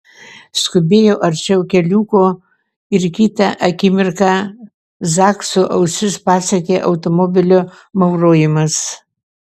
skubėjo arčiau keliuko ir kitą akimirką zakso ausis pasiekė automobilio maurojimas